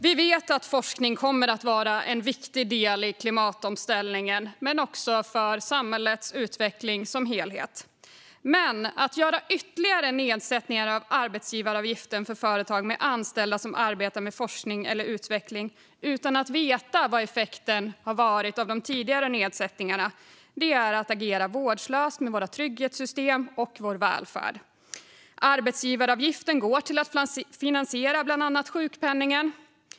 Vi vet att forskning kommer att vara en viktig del i klimatomställningen men också för samhällets utveckling som helhet. Men att göra ytterligare nedsättningar av arbetsgivaravgifterna för företag med anställda som arbetar med forskning eller utveckling utan att veta vad effekten har varit av de tidigare nedsättningarna är att agera vårdslöst med våra trygghetssystem och vår välfärd. Arbetsgivaravgifterna går till att finansiera bland annat sjukpenningen.